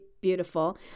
beautiful